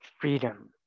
freedom